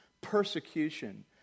persecution